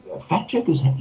fact-checkers